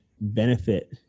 benefit